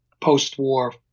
post-war